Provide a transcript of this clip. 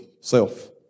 self